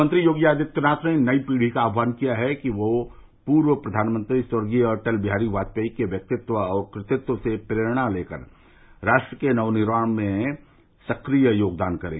मुख्यमंत्री योगी आदित्यनाथ ने नई पीढ़ी का आहवान किया है कि वह पूर्व प्रधानमंत्री स्वर्गीय अटल बिहारी वाजपेयी के व्यक्तित्व और कृतित्तव से प्रेरणा लेकर राष्ट्र के नवनिर्माण में सक्रिय योगदान करें